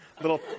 little